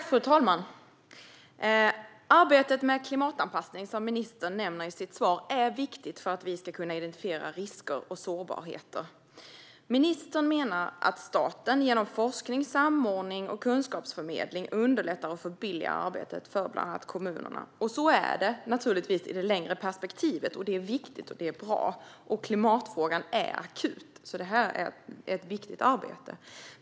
Fru talman! Arbetet med klimatanpassning, som ministern nämner i sitt svar, är viktigt för att vi ska kunna identifiera risker och sårbarheter. Ministern menar att staten genom forskning, samordning och kunskapsförmedling underlättar och förbilligar arbetet för bland annat kommunerna. Så är det naturligtvis i det längre perspektivet, och det är viktigt och bra. Klimatfrågan är akut, så detta är ett viktigt arbete.